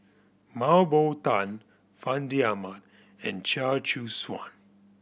Mah Bow Tan Fandi Ahmad and Chia Choo Suan